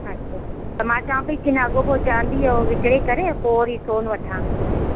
अच्छा त मां चवां पेई की न अॻोपो चांदी उहो विकिणे करे पोइ वरी सोन वठां हुन ते